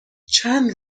چند